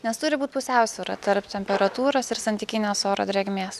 nes turi būt pusiausvyra tarp temperatūros ir santykinės oro drėgmės